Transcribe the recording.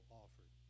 offered